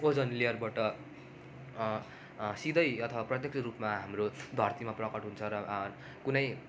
ओजन लेयरबाट सिधै अथवा प्रत्यक्ष रूपमा हाम्रो धरतीमा प्रकट हुन्छ र कुनै